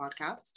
podcast